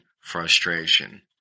frustration